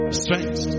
strength